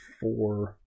four